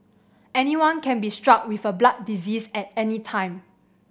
anyone can be struck with a blood disease at any time